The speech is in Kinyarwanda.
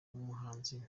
umuhanzi